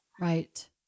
Right